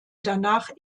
danach